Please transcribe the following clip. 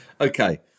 okay